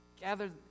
Gather